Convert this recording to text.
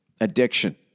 Addiction